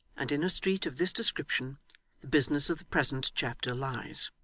and in a street of this description, the business of the present chapter lies.